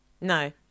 No